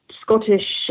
Scottish